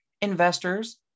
investors